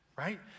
right